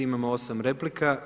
Imamo 8 replika.